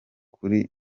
kuri